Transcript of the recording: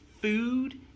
food